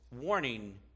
warning